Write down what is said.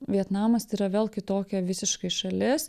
vietnamas tai yra vėl kitokia visiškai šalis